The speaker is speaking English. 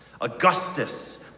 Augustus